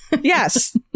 Yes